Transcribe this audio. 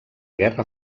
guerra